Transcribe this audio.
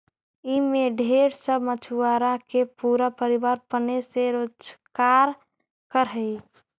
ई में ढेर सब मछुआरा के पूरा परिवार पने से रोजकार कर हई